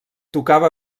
tocava